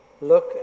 look